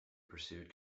pursued